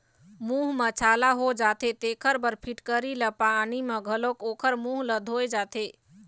मूंह म छाला हो जाथे तेखर बर फिटकिरी ल पानी म घोलके ओखर मूंह ल धोए जाथे